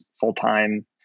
full-time